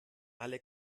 alle